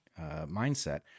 mindset